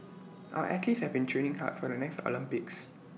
our athletes have been training hard for the next Olympics